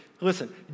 Listen